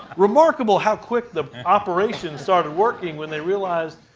remarkable how quick the operations started working when they realized,